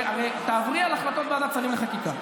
הרי תעברי על החלטות ועדות שרים לחקיקה: